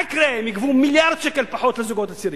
מה יקרה אם יגבו מיליארד שקל פחות מהזוגות הצעירים?